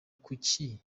kuki